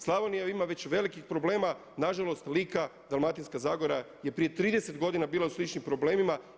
Slavonija ima već velikih problema, nažalost Lika, Dalmatinska zagora je prije 30 godina bila u sličnim problemima.